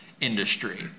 industry